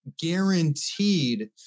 guaranteed